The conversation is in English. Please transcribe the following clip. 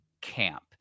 camp